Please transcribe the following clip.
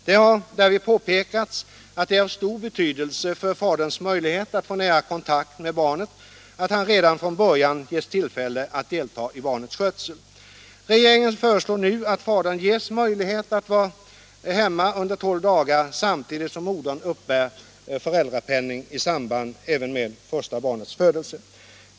Det har dävid påpekats att det är av stor betydelse för faderns möjlighet att få nära kontakt med barnet att han redan från början ges tillfälle att delta i skötseln av barnet. Regeringen föreslår nu att fadern ges möjlighet att vara hemma under tolv dagar samtidigt som modern uppbär föräldrapenning i samband även med första barnets födelse.